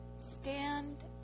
Stand